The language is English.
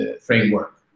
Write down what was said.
framework